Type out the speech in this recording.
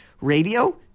Radio